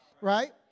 right